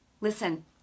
listen